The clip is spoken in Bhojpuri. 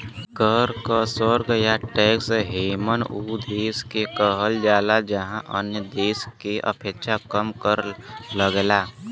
कर क स्वर्ग या टैक्स हेवन उ देश के कहल जाला जहाँ अन्य देश क अपेक्षा कम कर लगला